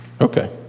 okay